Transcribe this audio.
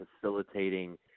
facilitating